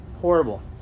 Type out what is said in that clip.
Horrible